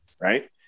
right